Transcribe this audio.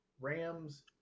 Rams